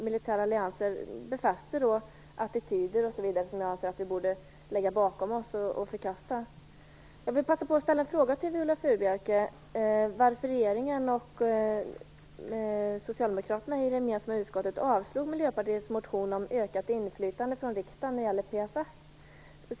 Militära allianser befäster också attityder som jag anser att vi borde lägga bakom oss och förkasta. Jag vill passa på att ställa en fråga till Viola Furubjelke. Varför avstyrkte regeringen och socialdemokraterna i det gemensamma utskottet Miljöpartiets motion om ökat inflytande från riksdagen när det gäller PFF?